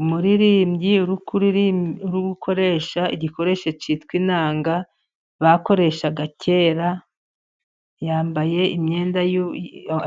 Umuririmbyi uri gukoresha igikoresho cyitwa inanga bakoreshaga kera, yambaye imyenda,